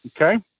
Okay